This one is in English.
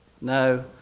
No